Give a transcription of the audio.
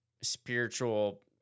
spiritual